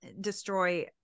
destroy